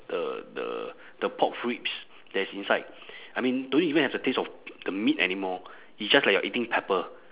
the the the pork ribs that's inside I mean don't even have the taste of the meat anymore it's just like you're eating pepper